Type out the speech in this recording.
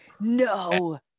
No